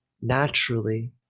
naturally